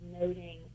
noting